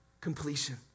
completion